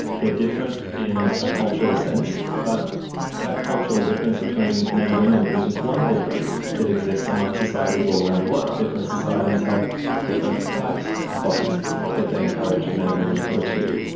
they're different in a cultural sense, but that cultural difference between men and women is just one difference that exists amongst societies all around the world. different societies have different types of bodies that they encourage men and women to achieve.